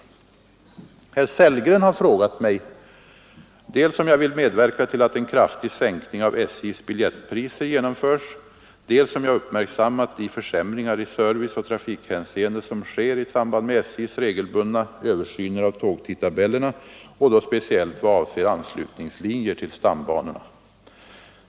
Herr Sellgren har frågat mig, dels om jag vill medverka till att en kraftig sänkning av SJ:s biljettpriser genomförs, dels om jag uppmärksammat de försämringar i serviceoch trafikhänseende som sker i samband med SJ:s regelbundna översyner av tågtidtabellerna och då speciellt vad avser anslutningslinjer till stambanorna.